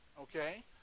okay